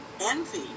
envy